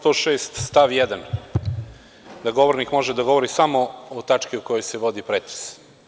Član 106. stav 1. – govornik može da govori samo o tački o kojoj se vodi pretres.